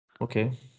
Okay